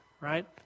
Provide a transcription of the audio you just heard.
right